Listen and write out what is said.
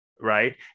right